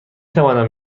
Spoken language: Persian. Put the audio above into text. توانم